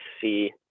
see